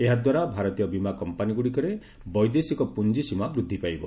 ଏହାଦ୍ୱାରା ଭାରତୀୟ ବୀମା କମ୍ପାନୀଗୁଡ଼ିକରେ ବୈଦେଶିକ ପୁଞ୍ଜି ସୀମା ବୃଦ୍ଧି ପାଇବ